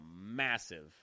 massive